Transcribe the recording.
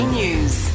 news